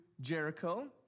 Jericho